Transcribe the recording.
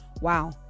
wow